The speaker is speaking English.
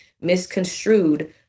misconstrued